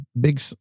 big